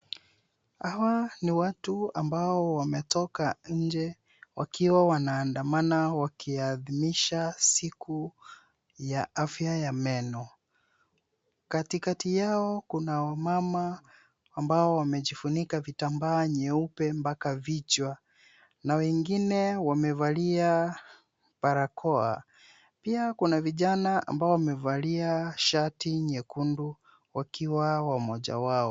Hawa ni watu ambao wametoka nje wakiwa wanaandamana wakiadhimisha siku ya afya ya meno katikati yao kuna wamama ambao wamejifunika vitambaa vyeupe mpaka kichwani wengine wamevalia varakoa. pia kuna vijana wamevalia shati nyekundu wakiwa wamoja wao.